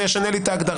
זה ישנה לי את ההגדרה.